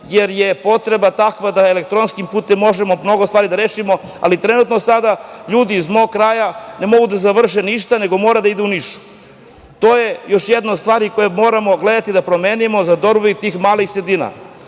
jer je potreba takva da elektronskim putem možemo mnogo stvari da rešimo, ali trenutno sada ljudi iz mog kraja ne mogu da završe ništa, nego moraju da idu u Niš. To je još jedna od stvari koje moramo gledati da promenimo za dobrobit tih malih sredina. Ostale